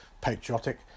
patriotic